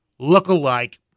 lookalike